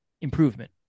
improvement